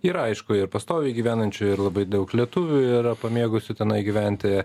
ir aišku ir pastoviai gyvenančių ir labai daug lietuvių yra pamėgusių tenai gyventi